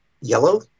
Yellow